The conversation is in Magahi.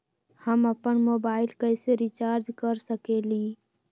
हम अपन मोबाइल कैसे रिचार्ज कर सकेली?